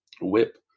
whip